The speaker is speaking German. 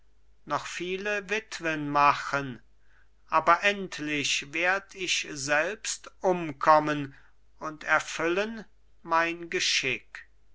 noch viele witwen machen aber endlich werd ich selbst umkommen und erfüllen mein geschick